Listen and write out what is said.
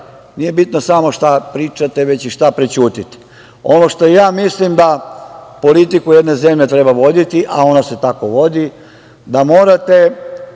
nije bitno samo šta pričate, već i šta prećutite. Mislim da politiku jedne zemlje treba voditi, a ona se tako vodi, da morate